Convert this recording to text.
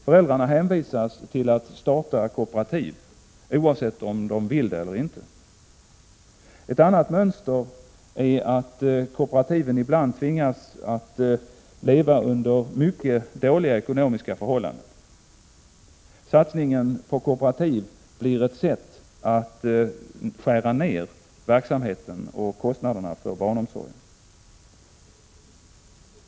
Föräldrarna hänvisas till att starta kooperativ oavsett om de vill det eller inte. Ett annat mönster är att kooperativen ibland tvingas leva under mycket dåliga ekonomiska förhållanden. Satsningen på kooperativ blir ett sätt att skära ner verksamheten och kostnaderna för barnomsorgen.